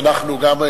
שאנחנו גם,